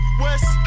west